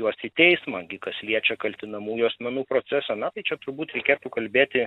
juos į teismą gi kas liečia kaltinamųjų asmenų procesą na tai čia turbūt reikėtų kalbėti